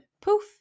poof